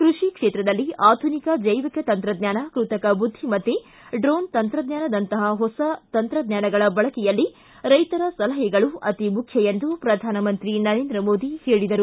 ಕೃಷಿ ಕ್ಷೇತ್ರದಲ್ಲಿ ಆಧುನಿಕ ಜೈವಿಕ ತಂತ್ರಜ್ಞಾನ ಕೃತಕ ಬುದ್ಧಿಮತ್ತೆ ಡ್ರೋನ್ ತಂತ್ರಜ್ಞಾನದಂತಹ ಹೊಸ ತಂತ್ರಜ್ಞಾನಗಳ ಬಳಕೆಯಲ್ಲಿ ರೈತರ ಸಲಹೆಗಳು ಅತಿ ಮುಖ್ಯ ಎಂದು ಪ್ರಧಾನಮಂತ್ರಿ ನರೇಂದ್ರ ಮೋದಿ ಹೇಳದರು